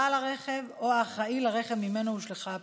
בעל הרכב או האחראי לרכב שממנו הושלכה הפסולת.